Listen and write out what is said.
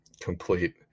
complete